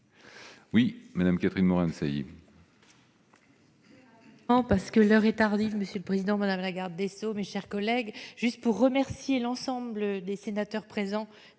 Oui Madame Catherine Morin-Desailly. En parce que l'heure est tardive, monsieur le président, madame la garde des sceaux, mes chers collègues, juste pour remercier l'ensemble des sénateurs présents